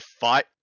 fight